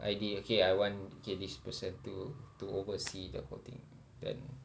I_D okay I want okay this person to to oversee the whole thing then